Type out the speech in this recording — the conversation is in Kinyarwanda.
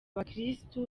abakirisitu